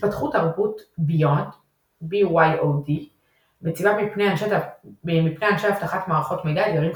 התפתחות תרבות BYOD מציבה מפני אנשי אבטחת מערכות מידע אתגרים חדשים.